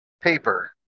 paper